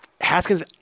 Haskins